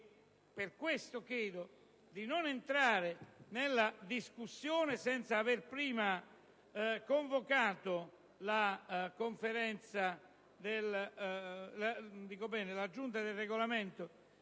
Per questo chiedo di non aprire la discussione senza aver prima convocato la Giunta per il Regolamento,